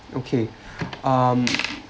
okay um